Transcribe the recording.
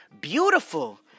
beautiful